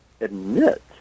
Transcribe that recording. admit